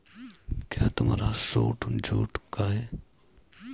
क्या तुम्हारा suit jute का है?